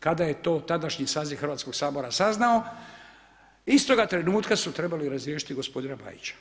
Kada je to tadašnjih saziv Hrvatskog sabora saznao, istoga trenutka su trebali razriješiti gospodina Bajića.